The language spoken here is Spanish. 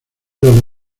los